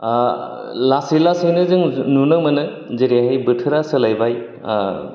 ओ लासैनो लासैनो जों नुनो मोनो जेरैहाय बोथोरा सोलायबाय ओ